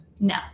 No